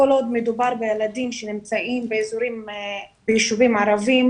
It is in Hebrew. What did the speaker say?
כל עוד מדובר בילדים שנמצאים ביישובים ערביים,